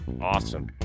Awesome